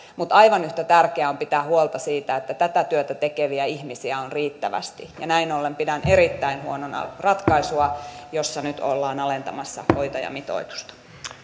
mutta aivan yhtä tärkeää on pitää huolta siitä että tätä työtä tekeviä ihmisiä on riittävästi ja näin ollen pidän erittäin huonona ratkaisua jossa nyt ollaan alentamassa hoitajamitoitusta